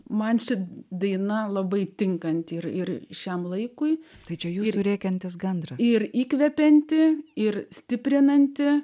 man ši daina labai tinkanti ir ir šiam laikui tai čia jų rėkiantis gandrą ir įkvepianti ir stiprinanti